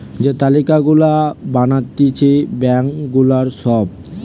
যে তালিকা গুলা বানাতিছে ব্যাঙ্ক গুলার সব